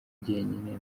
njyenyine